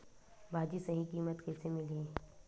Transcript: भाजी सही कीमत कइसे मिलही?